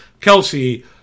Kelsey